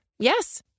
Yes